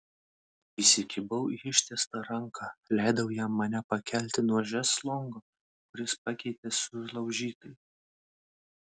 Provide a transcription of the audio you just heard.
įsikibau į ištiestą ranką leidau jam mane pakelti nuo šezlongo kuris pakeitė sulaužytąjį